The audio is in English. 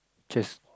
chests